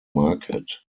market